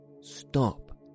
stop